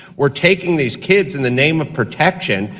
we are taking these kids, in the name of protection,